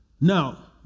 Now